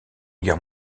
guerre